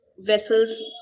vessels